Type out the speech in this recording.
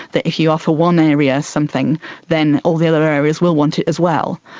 that if you offer one area something than all the other areas will want it as well.